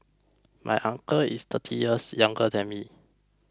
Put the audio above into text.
my uncle is thirty years younger than me